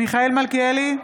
מיכאל מלכיאלי,